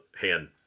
hand